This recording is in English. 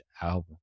album